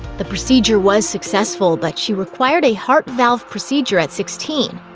the procedure was successful, but she required a heart valve procedure at sixteen.